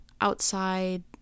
outside